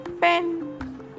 pen